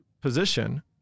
position